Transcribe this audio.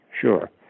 sure